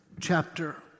chapter